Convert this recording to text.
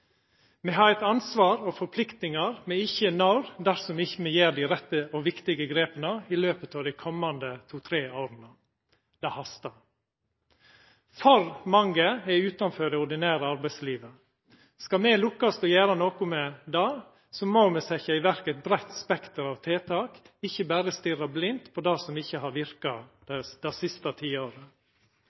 Me har eit ansvar og forpliktingar me ikkje når, dersom me ikkje gjer dei rette og viktige grepa i løpet av dei kommande to–tre åra. Det hastar. For mange er utanfor det ordinære arbeidslivet. Skal me lukkast med å gjera noko med det, må me setja i verk eit breitt spekter av tiltak – ikkje berre stirra blindt på det som ikkje har verka det siste tiåret.